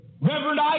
Reverend